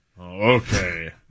Okay